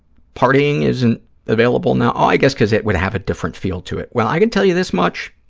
partying isn't available now. oh, i guess because it would have a different feel to it. well, i can tell you this much,